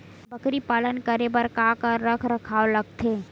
बकरी पालन करे बर काका रख रखाव लगथे?